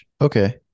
Okay